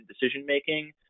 decision-making